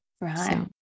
right